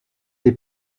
est